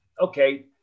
okay